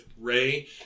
Ray